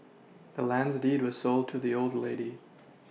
the land's deed was sold to the old lady